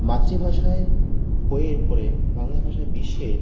মাতৃভাষায় বইয়ের উপরে বাংলা ভাষায় বিশ্বের